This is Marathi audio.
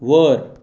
वर